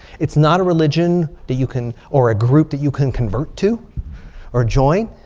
it's not a religion that you can. or a group that you can convert to or join.